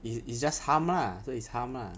is is just hum lah so it's hum lah